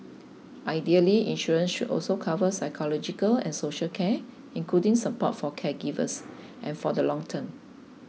ideally insurance should also cover psychological and social care including support for caregivers and for the long term